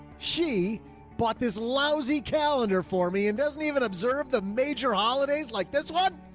she bought this lousy calendar for me and doesn't even observe the major holidays like this one.